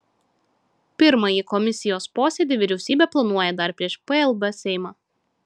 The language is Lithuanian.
pirmąjį komisijos posėdį vyriausybė planuoja dar prieš plb seimą